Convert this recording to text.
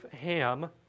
Ham